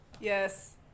Yes